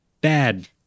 bad